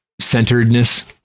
centeredness